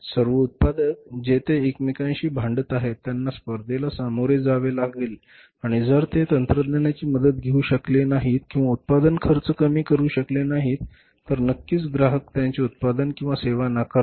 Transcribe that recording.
सर्व उत्पादक जे ते एकमेकांशी भांडत आहेत त्यांना स्पर्धेला सामोरे जावे लागेल आणि जर ते तंत्रज्ञानाची मदत घेऊ शकले नाहीत किंवा उत्पादन खर्च कमी करू शकले नाहीत तर नक्कीच ग्राहक त्यांचे उत्पादन किंवा सेवा नाकारतील